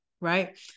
right